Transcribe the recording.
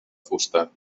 fusta